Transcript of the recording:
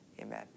amen